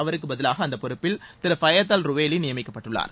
அவருக்கு பதிவாக அந்த பொறுப்பில் திரு பயத் அல் ரூவெய்லி நியமிக்கப்பட்டுள்ளார்